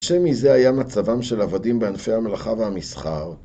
שמי זה היה מצבם של עבדים בענפי המלאכה והמסחר.